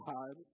God